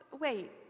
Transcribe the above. wait